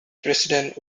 president